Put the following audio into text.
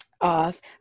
off